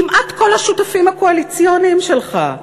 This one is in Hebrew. כמעט כל השותפים הקואליציוניים שלך.